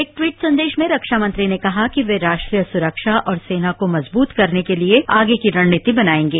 एक ट्वीट संदेश में रक्षा मंत्री ने कहा कि ये राष्ट्रीय सुरक्षा और सेना को मजबूत करने के लिए आगे की रणनीति बनाएंगे